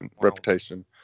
reputation